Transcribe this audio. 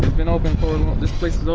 been open for a so